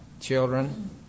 children